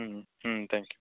ம் ம் தேங்கியூ